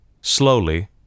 Slowly